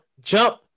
jump